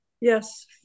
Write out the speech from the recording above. Yes